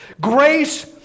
Grace